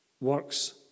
works